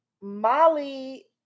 Molly